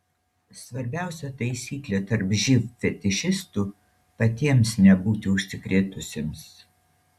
svarbiausia taisyklė tarp živ fetišistų patiems nebūti užsikrėtusiems